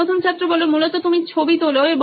প্রথম ছাত্র মূলত তুমি ছবি তোলো এবং